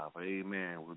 Amen